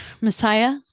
Messiah